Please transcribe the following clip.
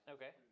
Okay